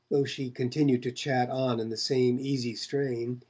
though she continued to chat on in the same easy strain,